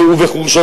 ובחורשות.